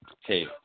Hey